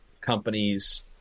companies